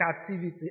captivity